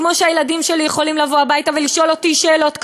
כמו שהילדים שלי יכולים לבוא הביתה ולשאול אותי שאלות קשות.